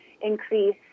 increase